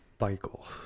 Michael